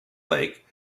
lake